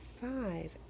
five